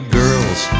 girls